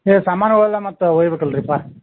ಏ ಸಾಮಾನುಗುಳೆಲ್ಲ ಮತ್ತೆ ಒಯ್ಬೇಕು ಅಲ್ರಿಪಾ